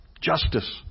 Justice